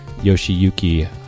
Yoshiyuki